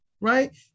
right